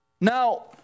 Now